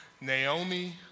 Naomi